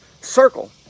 circle